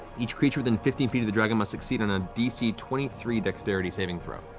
each creature within fifty feet of the dragon must succeed on a dc twenty three dexterity saving throw.